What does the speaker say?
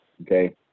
Okay